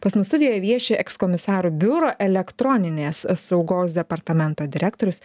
pas mus studijoje vieši ekskomisarų biuro elektroninės saugos departamento direktorius